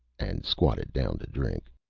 and squatted down to drink.